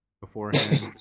beforehand